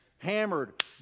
hammered